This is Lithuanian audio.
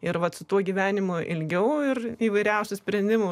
ir vat su tuo gyvenimo ilgiau ir įvairiausių sprendimų